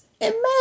Imagine